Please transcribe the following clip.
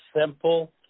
simple